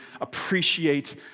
appreciate